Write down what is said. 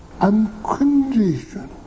unconditioned